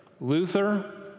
Luther